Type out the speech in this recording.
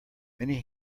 many